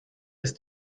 ist